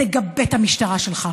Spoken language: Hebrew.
תגבה את המשטרה שלך,